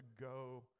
go